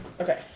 Okay